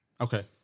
Okay